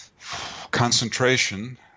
concentration